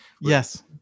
Yes